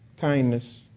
kindness